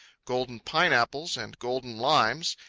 golden pine-apples and golden limes,